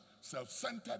self-centered